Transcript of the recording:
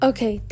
Okay